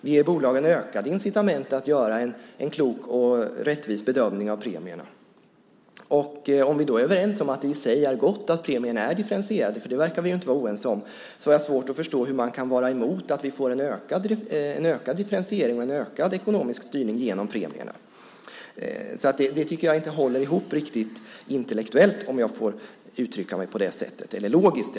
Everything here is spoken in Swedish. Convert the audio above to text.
Vi ger bolagen ökade incitament att göra en klok och rättvis bedömning av premierna. Om vi då är överens om att det i sig är gott att premierna är differentierade - det verkar vi inte vara oense om - har jag svårt att förstå hur man kan vara emot att vi får en ökad differentiering och en ökad ekonomisk styrning genom premierna. Det håller inte riktigt intellektuellt - om jag får uttrycka mig så - eller logiskt.